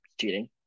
cheating